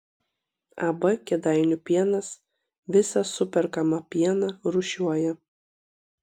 ab kėdainių pienas visą superkamą pieną rūšiuoja